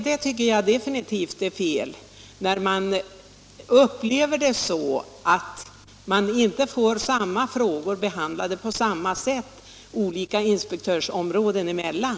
Det tycker jag definitivt är fel, när man upplever att man inte får samma frågor behandlade på samma sätt olika inspektörsområden emellan.